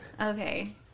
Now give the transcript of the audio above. Okay